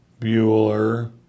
Bueller